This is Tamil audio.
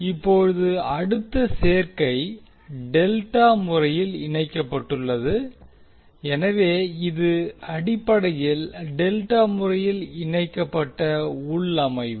இப்போது அடுத்த சேர்க்கை டெல்டா முறையில் இணைக்கப்பட்டுள்ளது எனவே இது அடிப்படையில் டெல்டா முறையில் இணைக்கப்பட்ட உள்ளமைவு